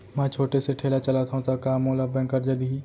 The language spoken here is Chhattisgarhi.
मैं छोटे से ठेला चलाथव त का मोला बैंक करजा दिही?